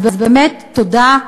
אז באמת: תודה,